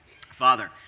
Father